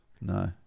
No